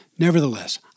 Nevertheless